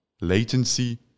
latency